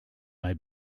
may